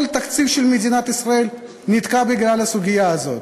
כל התקציב של מדינת ישראל נתקע בגלל הסוגיה הזאת.